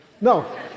No